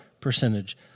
percentage